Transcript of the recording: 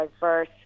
diverse